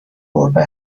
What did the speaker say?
گربه